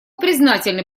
признательны